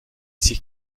sich